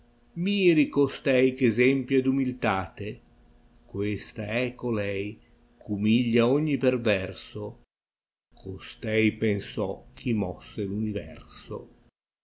miri costei ch esempio è d imiltate questa è colei omiglia ogni perverso costei pensò chi mosse